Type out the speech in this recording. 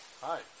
Hi